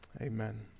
Amen